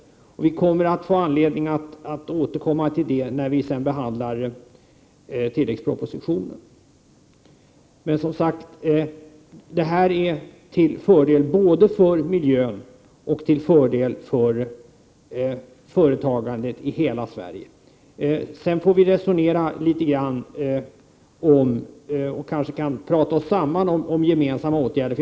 Vi återkommer till detta i samband med tilläggspropositionen. Detta är som sagt till fördel både för miljön och för företagandet i hela Sverige. Kanske kan vi prata oss samman om gemensamma åtgärder.